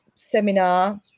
Seminar